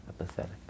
apathetic